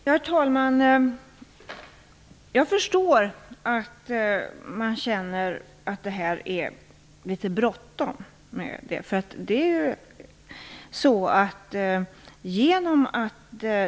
Herr talman! Jag förstår att man känner att det är litet bråttom.